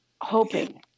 hoping